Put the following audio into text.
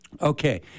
Okay